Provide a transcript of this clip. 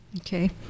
Okay